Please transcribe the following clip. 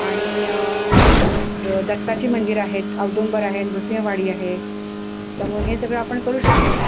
आणि द दत्ताची मंदिरं आहेत औदुंबर आहे नृसिंहवाडी आहे त्यामुळे हे सगळं आपण करू शकतो